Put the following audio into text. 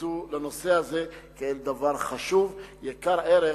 יתייחסו לנושא הזה כאל דבר חשוב, יקר ערך